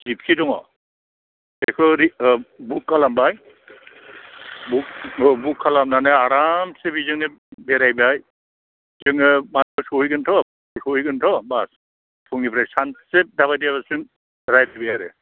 जिपसि दङ बेखौ बुक खालामबाय अ बुक खालामनानै आरामसे बेजोंनो बेरायबाय जोङो माबायाव सहैगोनथ' बास फुंनिफ्राय सानसे दाबायदिसिम बेरायफुबाय आरो